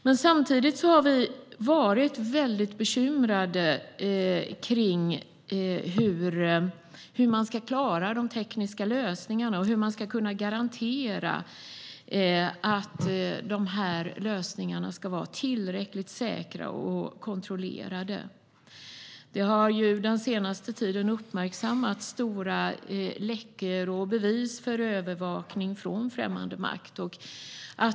Men samtidigt har vi varit väldigt bekymrade för hur man ska klara de tekniska lösningarna och hur man ska kunna garantera att de lösningarna är tillräckligt säkra och kontrollerade. Den senaste tiden har stora läckor och bevis för övervakning från främmande makt uppmärksammats.